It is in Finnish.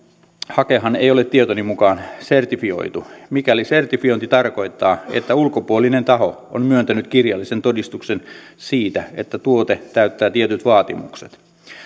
hakehan ei ole tietoni mukaan sertifioitu mikäli sertifiointi tarkoittaa että ulkopuolinen taho on myöntänyt kirjallisen todistuksen siitä että tuote täyttää tietyt vaatimukset